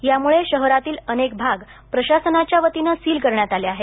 त्यामुळे शहरातील अनेक भाग प्रशासनाच्या वतीने सील करण्यात आले आहे